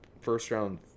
first-round